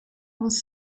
was